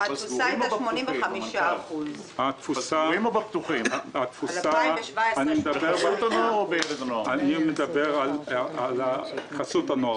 התפוסה הייתה 85%. אני מדבר על חסות הנוער,